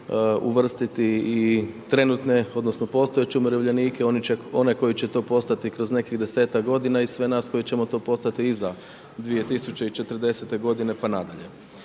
uvrstiti i trenutne, odnosno, postojeće umirovljenike, onaj koji će to postati kroz nekih 10-tak g. i sve nas koji ćemo to postati iza 2040. g. pa nadalje.